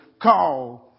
called